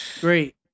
Great